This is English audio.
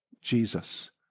Jesus